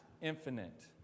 infinite